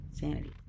sanity